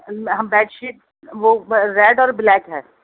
ہم bed sheet وہ red اور بلیک ہے